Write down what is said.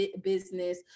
business